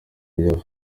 bihugu